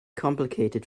complicated